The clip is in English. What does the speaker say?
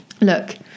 look